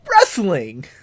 wrestling